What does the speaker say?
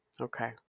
Okay